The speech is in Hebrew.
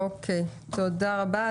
תודה רבה.